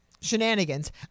shenanigans